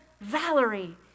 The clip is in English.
Valerie